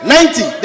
Ninety